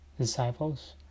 disciples